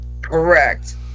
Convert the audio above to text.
Correct